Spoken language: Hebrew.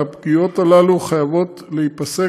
והפגיעות האלה חייבות להיפסק,